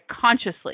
Consciously